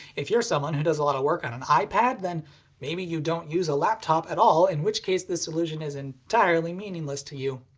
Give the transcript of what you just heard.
if you're someone who does a lot of work on an ipad then maybe you don't use a laptop at all in which case this solution is entirely meaningless to you.